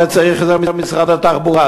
זה צריך למשרד התחבורה,